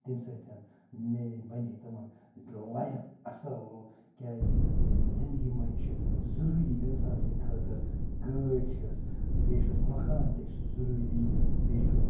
تَمہِ سۭتۍ میلہِ ہے بَنہِ ہے تِمَن زِ لایف اصۭل کیٛازِ زِندگی منٛز چھُ ضُروٗری اِنسان سٕنٛدۍ خٲطرٕ گٲڑۍ چھیٚس بیٚیہِ چھُس مَکان تہِ چھُ ضُروٗری بیٚیہِ چھُس